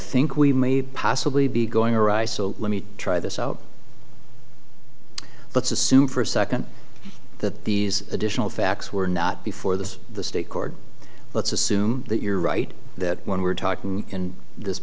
think we may possibly be going arise so let me try this out let's assume for a second that these additional facts were not before this the state court let's assume that you're right that when we're talking in this